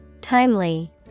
Timely